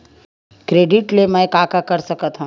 Credit ले मैं का का कर सकत हंव?